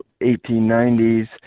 1890s